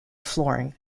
flooring